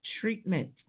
treatment